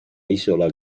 isola